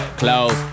close